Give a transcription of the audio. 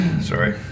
sorry